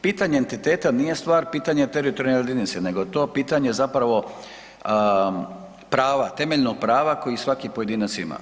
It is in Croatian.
Pitanje entiteta nije stvar pitanje teritorijalne jedinice, nego je to pitanje zapravo prava, temeljnog prava kojeg svaki pojedinac ima.